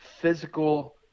physical